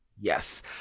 Yes